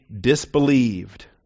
disbelieved